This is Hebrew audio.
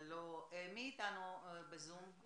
מי איתנו בזום?